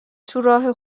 تو، راه